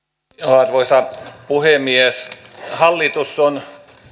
arvoisa puhemies hallitus on